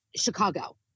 Chicago